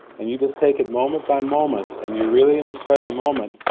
and you just take it moment by moment, and you're really in the present moment,